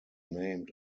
named